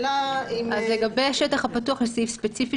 אז לגבי השטח הפתוח זה סעיף ספציפי,